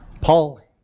Paul